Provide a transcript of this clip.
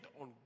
on